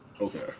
Okay